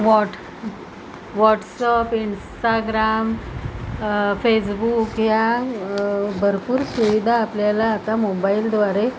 what WhatsApp Instagram Facebook या भरपूर सुविधा आपल्याला आता मोबाईलद्वारे